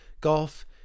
golf